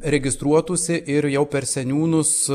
registruotųsi ir jau per seniūnus